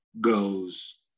goes